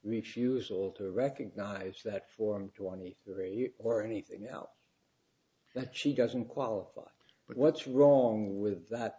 refusal to recognize that form twenty three or anything else that she doesn't qualify but what's wrong with that